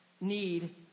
need